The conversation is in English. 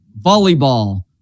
Volleyball